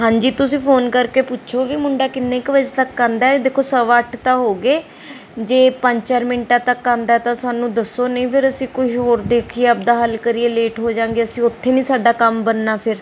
ਹਾਂਜੀ ਤੁਸੀਂ ਫੋਨ ਕਰਕੇ ਪੁੱਛੋਗੇ ਮੁੰਡਾ ਕਿੰਨੇ ਕੁ ਵਜੇ ਤੱਕ ਆਉਂਦਾ ਦੇਖੋ ਸਵਾ ਅੱਠ ਤਾਂ ਹੋ ਗਏ ਜੇ ਪੰਜ ਚਾਰ ਮਿੰਟਾਂ ਤੱਕ ਆਉਂਦਾ ਤਾਂ ਸਾਨੂੰ ਦੱਸੋ ਨਹੀਂ ਫਿਰ ਅਸੀਂ ਕੋਈ ਹੋਰ ਦੇਖੀਏ ਆਪਦਾ ਹੱਲ ਕਰੀਏ ਲੇਟ ਹੋ ਜਾਂਗੇ ਅਸੀਂ ਉੱਥੇ ਨੀ ਸਾਡਾ ਕੰਮ ਬਣਨਾ ਫਿਰ